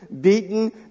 beaten